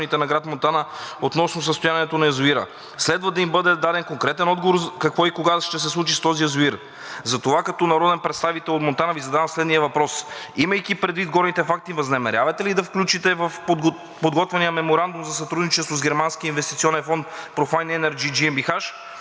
на град Монтана относно състоянието на язовира. Следва да им бъде даден конкретен отговор какво и кога ще се случи с този язовир. Затова като народен представител от град Монтана Ви задавам следния въпрос: имайки предвид горните факти, възнамерявате ли да включите в подготвяния меморандум за сътрудничество с германския инвестиционен фонд Profine Energy GmbH